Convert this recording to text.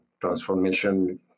transformation